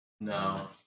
no